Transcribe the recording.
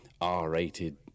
R-rated